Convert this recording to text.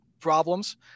problems